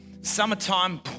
summertime